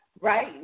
right